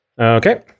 Okay